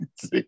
See